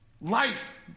Life